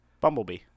Bumblebee